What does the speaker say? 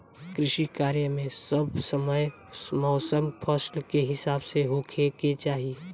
कृषि कार्य मे सब समय मौसम फसल के हिसाब से होखे के चाही